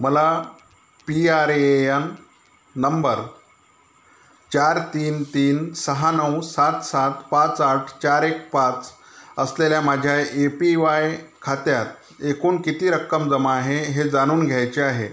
मला P R A N number चार तीन तीन सहा नऊ सात सात पाच आठ चार एक पाच असलेल्या माझ्या ए पी वाय खात्यात एकूण किती रक्कम जमा आहे हे जाणून घ्यायचे आहे